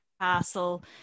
Castle